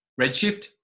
redshift